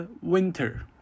winter